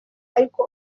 ariko